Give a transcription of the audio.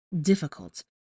difficult